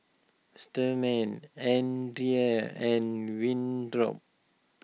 andria and Winthrop